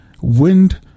wind